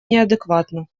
неадекватно